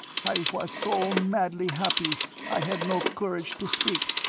i was so madly happy i had no courage to speak.